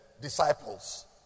disciples